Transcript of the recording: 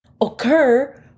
occur